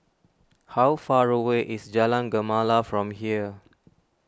how far away is Jalan Gemala from here